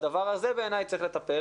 בדבר הזה בעיני צריך לטפל,